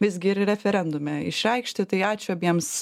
visgi ir referendume išreikšti tai ačiū abiems